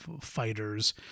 Fighters